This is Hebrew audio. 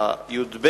בי"ב